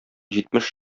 җитмеш